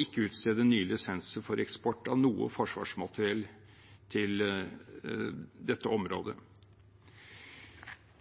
ikke utstede nye lisenser for eksport av noe forsvarsmateriell til dette området.